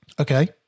Okay